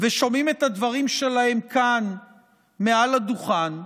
ושומעים את הדברים שלהם כאן מעל הדוכן ומבינים,